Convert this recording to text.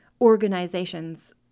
organizations